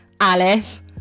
Alice